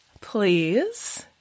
please